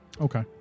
Okay